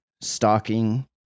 stalking